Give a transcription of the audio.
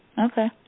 Okay